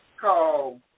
called